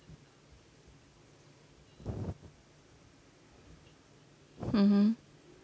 mmhmm